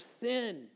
sin